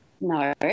No